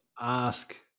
ask